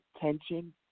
tension